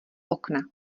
okna